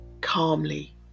calmly